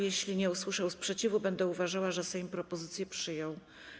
Jeśli nie usłyszę sprzeciwu, będę uważała, że Sejm propozycję przyjął.